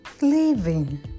living